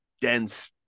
dense